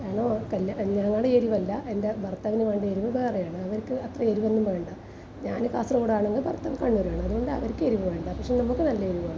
ഞങ്ങളുടെ എരിവല്ല എൻ്റെ ഭർത്താവിന് വേണ്ട എരിവ് വേറെയാണ് അവർക്ക് അത്ര എരിവൊന്നും വേണ്ട ഞാന് കാസർഗോഡാണെങ്കിൽ ഭർത്താവ് കണ്ണൂരാണ് അതുകൊണ്ട് അവർക്ക് എരിവ് വേണ്ട പക്ഷേ നമുക്ക് നല്ല എരിവ് വേണം